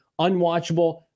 unwatchable